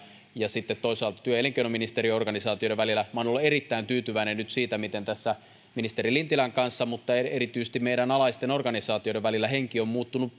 ja sitten toisaalta työ ja elinkeinoministeriön organisaatioiden välillä olen ollut erittäin tyytyväinen nyt siihen miten tässä ministeri lintilän kanssa mutta erityisesti meidän alaisten organisaatioiden välillä henki on muuttunut